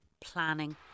planning